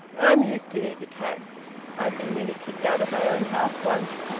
i'm used to these attacks. i've been nearly kicked out of my own house once.